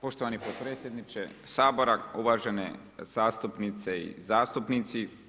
Poštovani potpredsjedniče Sabora, uvažene zastupnice i zastupnici.